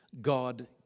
God